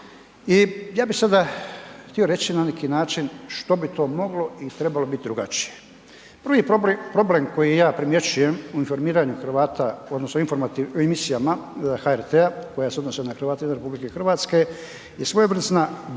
I ja bih sada htio reći na neki način što bi to moglo i trebalo biti drugačije. Prvi problem koji ja primjećujem o informiranju Hrvata odnosno informativnim emisijama HRT-a koje se odnose na Hrvate izvan RH je svojevrsna getoizacija